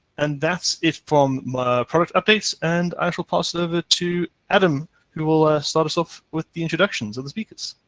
and that's it from my product updates and i shall pass it over to adam who will start us off with the introductions of the speakers.